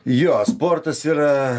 jo sportas yra